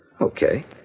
Okay